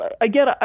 again